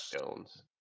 Jones